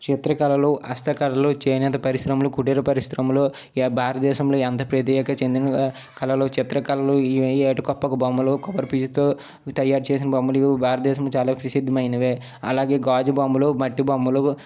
ఛెత్రి కళలు హస్త కళలు చేనేత పరిశ్రమలు కుటీర పరిశ్రమలు భారతదేశంలో ఎంతో ప్రత్యేక చెందినవిగా కళలు చిత్రకళలు ఏటికొప్పాక బొమ్మలు కొబ్బరిపీచుతో తయారు చేసిన బొమ్మలు భారతదేశంలో చాలా ప్రసిద్దిమైనవే అలాగే గాజు బొమ్మలు మట్టి బొమ్మలు